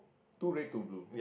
two red two blue